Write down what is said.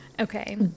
Okay